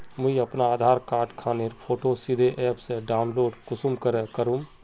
मुई अपना आधार कार्ड खानेर फोटो सीधे ऐप से डाउनलोड कुंसम करे करूम?